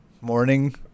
morning